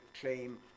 claim